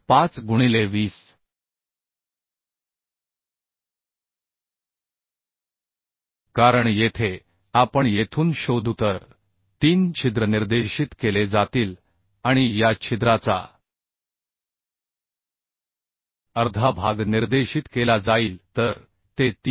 5 गुणिले 20 कारण येथे आपण येथून शोधू तर 3 छिद्र निर्देशित केले जातील आणि या छिद्राचा अर्धा भाग निर्देशित केला जाईल तर ते 3